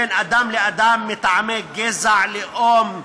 בין אדם לאדם, מטעמי גזע, לאום,